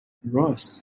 رآس